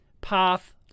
path